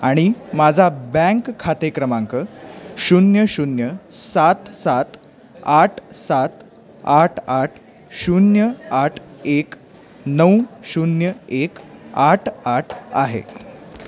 आणि माझा बँक खाते क्रमांक शून्य शून्य सात सात आठ सात आठ आठ शून्य आठ एक नऊ शून्य एक आठ आठ आहे